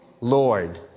Lord